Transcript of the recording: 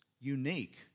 unique